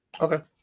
Okay